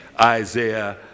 Isaiah